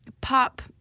pop